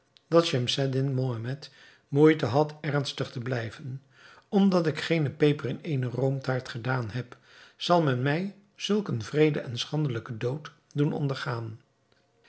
dat schemseddin mohammed moeite had ernstig te blijven omdat ik geene peper in eene roomtaart gedaan heb zal men mij zulk een wreeden en schandelijken dood doen ondergaan